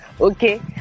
okay